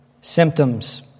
symptoms